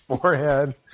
forehead